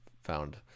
found